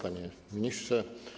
Panie Ministrze!